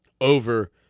over